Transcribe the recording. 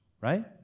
right